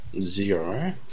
zero